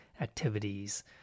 activities